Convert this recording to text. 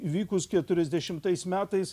įvykus keturiasdešimtais metais